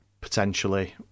potentially